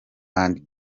and